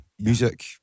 music